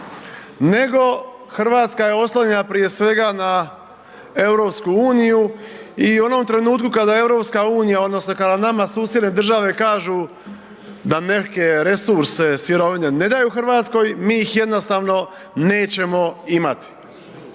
nego Hrvatska je oslonjena prije svega na EU i u onom trenutku kada EU odnosno kada nama susjedne države kažu da neke resurse sirovine ne daju Hrvatskoj mi ih jednostavno nećemo imati.